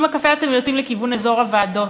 עם הקפה אתם יוצאים לכיוון אזור הוועדות.